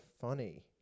funny